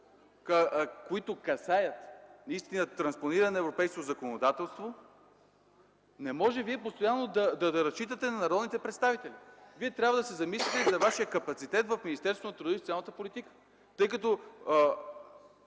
които касаят транспониране на европейското законодателство. Не може постоянно да разчитате на народните представители. Вие трябва да се замислите за вашия капацитет в Министерството на труда и социалната политика. Ако